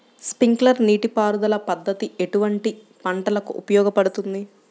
Sprinkler నీటిపారుదల పద్దతి ఎటువంటి పంటలకు ఉపయోగపడును?